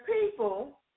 people